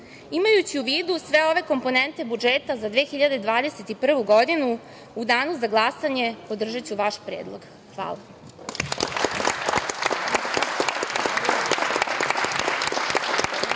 drugih. Imajući u vidu sve ove komponente budžeta za 2021. godinu, u danu za glasanje podržaću vaš predlog. Hvala.